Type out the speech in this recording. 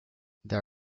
there